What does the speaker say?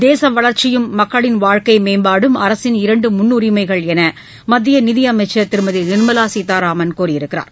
தேச வளர்ச்சியும் மக்களின் வாழ்க்கை மேம்பாடும் அரசின் இரண்டு முன்னுரிமைகள் என்று மத்திய நிதியமைச்சர் திருமதி நிர்மலா சீதாராமன் கூறியுள்ளார்